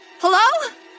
Hello